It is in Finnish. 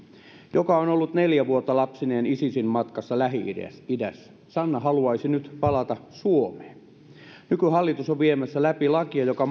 joka on ollut neljä vuotta lapsineen isisin matkassa lähi idässä sanna haluaisi nyt palata suomeen nykyhallitus on viemässä läpi lakia joka